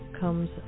comes